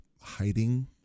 hiding